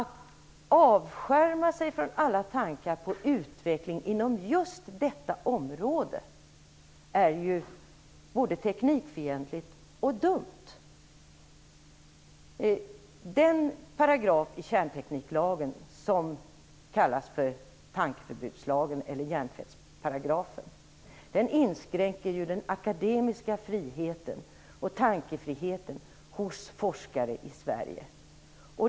Att avskärma sig från alla tankar på utveckling inom just detta område är både teknikfientligt och dumt. Den paragraf i kärntekniklagen som kallas för tankeförbudslagen - hjärntvättsparagrafen - inskränker den akademiska friheten och tankefriheten för forskare i Sverige.